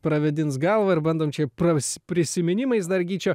pravėdins galvą ir bandom čia pras prisiminimais dar gyčio